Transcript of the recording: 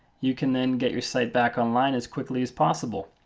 you can then get your site back online as quickly as possible.